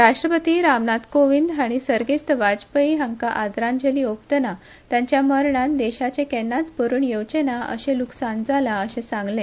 राष्ट्रपती रामनाथ कोविंद हांणी सर्गेस्त वाजपेयी हांका आदराजली ओपताना तांच्या मरणांन देशाचे केन्नाच भरुन येवचें ना अशें ल्कसाण जाला अशें सांगले